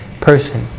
person